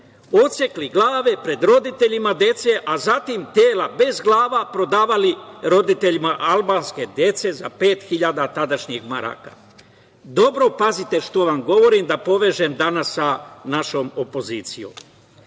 odsekli glave pred roditeljima dece, a zatim tela bez glava prodavali roditeljima albanske dece za pet hiljada tadašnjih maraka. Dobro pazite šta vam govorim da povežem danas sa našom opozicijom.